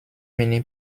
mini